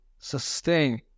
sustain